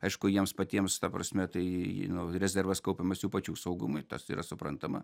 aišku jiems patiems ta prasme tai nu rezervas kaupiamas jų pačių saugumui tas yra suprantama